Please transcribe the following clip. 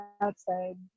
outside